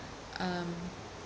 um